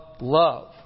love